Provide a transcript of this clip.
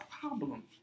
problem